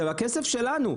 זה מהכסף שלנו,